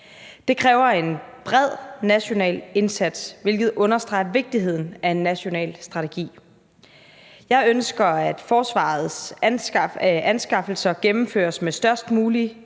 Det kræver en bred national indsats, hvilket understreger vigtigheden af en national strategi. Jeg ønsker, at forsvarets anskaffelser gennemføres med størst mulig